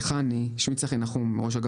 בחנ"י יש קבלן